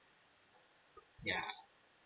ya